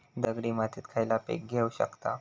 दगडी मातीत खयला पीक घेव शकताव?